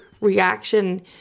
reaction